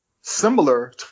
similar